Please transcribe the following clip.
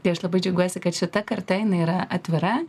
tai aš labai džiaugiuosi kad šita karta jinai yra atvira